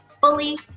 fully